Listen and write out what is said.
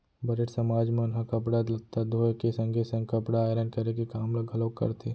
बरेठ समाज मन ह कपड़ा लत्ता धोए के संगे संग कपड़ा आयरन करे के काम ल घलोक करथे